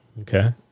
Okay